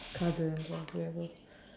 cousins or whoever